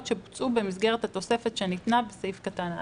שבוצעו במסגרת התוספת שניתנה בסעיף קטן (א).